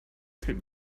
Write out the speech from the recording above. den